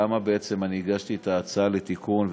למה בעצם הגשתי את ההצעה לתיקון,